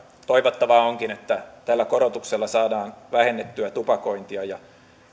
toivottavaa onkin että tällä korotuksella saadaan vähennettyä tupakointia ja